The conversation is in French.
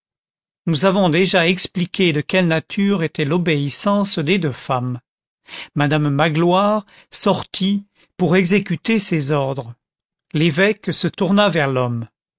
nous avons déjà expliqué de quelle nature était l'obéissance des deux femmes madame magloire sortit pour exécuter ces ordres l'évêque se tourna vers l'homme